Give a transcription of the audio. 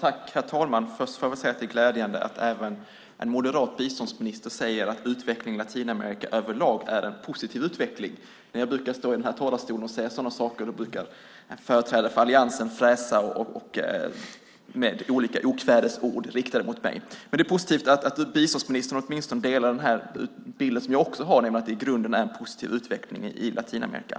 Herr talman! Det är glädjande att även en moderat biståndsminister säger att utvecklingen i Latinamerika överlag är en positiv utveckling. När jag står i den här talarstolen och säger sådana saker brukar företrädare för alliansen fräsa och komma med olika okvädingsord riktade mot mig. Det är positivt att biståndsministern åtminstone håller med om att det i grunden är en positiv utveckling i Latinamerika.